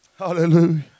Hallelujah